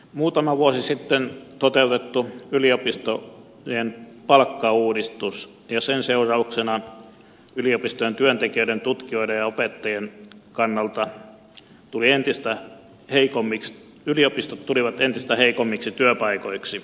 muutama vuosi sitten toteutettiin yliopistojen palkkauudistus ja sen seurauksena yliopistojen työntekijöiden tutkijoiden ja opettajien kannalta yliopistot tulivat entistä heikommiksi työpaikoiksi